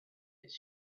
its